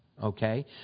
okay